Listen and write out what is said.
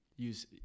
use